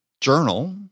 journal